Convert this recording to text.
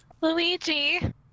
Luigi